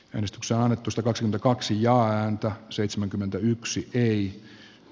menestyksen oletusta kaksi kaksi jaa ääntä seitsemänkymmentäyksi eli